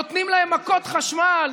נותנים להם מכות חשמל,